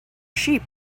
sheep